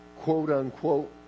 quote-unquote